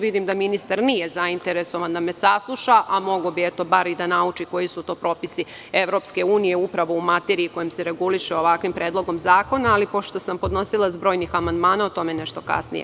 Vidim da ministar nije zainteresovan da me sasluša, a mogao bi da nauči koji su to propisi EU, upravo u materiji koja se reguliše ovakvim predlogom zakona, ali pošto sam podnosilac brojnih amandmana, o tome nešto kasnije.